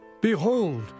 Behold